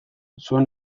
zuen